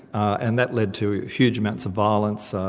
and that led to huge amounts of violence,